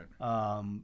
right